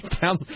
down